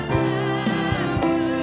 power